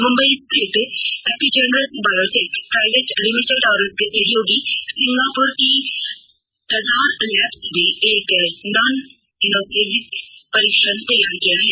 मुंबई स्थित Epigeneres biotech private limited और उसकी सहयोगी सिंगापुर की टजार लैब्स ने एक नॉन इनवेसिव परीक्षण तैयार किया है